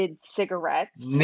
cigarettes